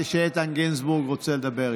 עברה